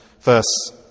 verse